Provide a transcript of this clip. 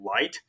light